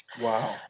Wow